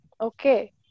Okay